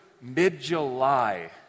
mid-July